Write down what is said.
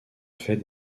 fait